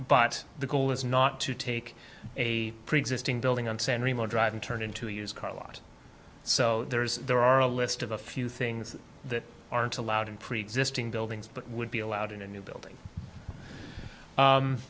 but the goal is not to take a preexisting building on san remo drive and turn into a used car lot so there's there are a list of a few things that aren't allowed in preexisting buildings but would be allowed in a new building